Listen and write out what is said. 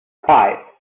five